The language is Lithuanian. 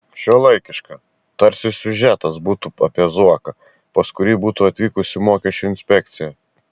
šiuolaikiška tarsi siužetas būtų apie zuoką pas kurį būtų atvykusi mokesčių inspekcija